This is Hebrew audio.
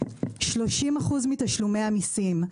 30% מתשלומי המיסים,